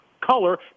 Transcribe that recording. color